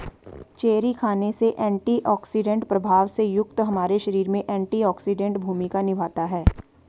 cherry खाने से antioxidant प्रभाव से युक्त हमारे शरीर में एंटीऑक्सीडेंट भूमिका निभाता है